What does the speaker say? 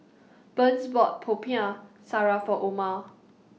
Burns bought Popiah Sayur For Oma